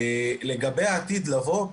לגבי העתיד לבוא,